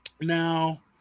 Now